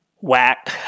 whack